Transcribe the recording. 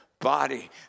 body